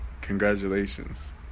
Congratulations